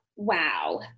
Wow